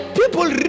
people